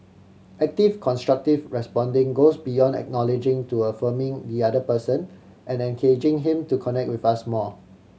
active constructive responding goes beyond acknowledging to affirming the other person and engaging him to connect with us more